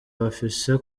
bafise